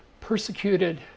persecuted